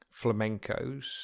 flamencos